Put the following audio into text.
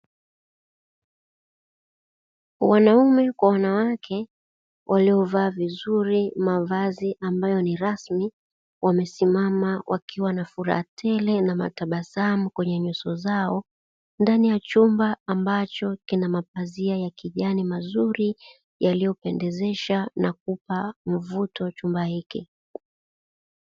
Wanaume kwa wanawake waliovaa vizuri mavazi ambayo ni rasmi, wamesimama wakiwa na furaha tele na matabasamu kwenye nyuso zao, ndani ya chumba ambacho kina mapazia ya kijani mazuri, yaliyopendezesha na kuupa mvuto chumba hiki.